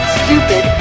stupid